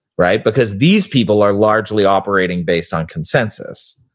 right? because these people are largely operating based on consensus,